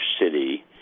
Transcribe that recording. City